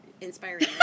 Inspiring